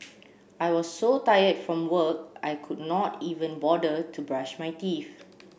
I was so tired from work I could not even bother to brush my teeth